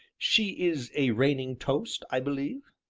she is a reigning toast, i believe?